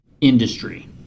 industry